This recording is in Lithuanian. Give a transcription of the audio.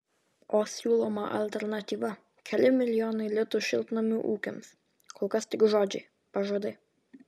o siūloma alternatyva keli milijonai litų šiltnamių ūkiams kol kas tik žodžiai pažadai